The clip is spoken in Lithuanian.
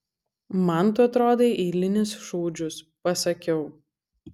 man tu atrodai eilinis šūdžius pasakiau